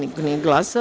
Niko nije glasao.